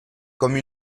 comme